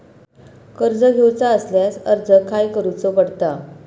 कर्ज घेऊचा असल्यास अर्ज खाय करूचो पडता?